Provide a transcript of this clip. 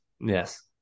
Yes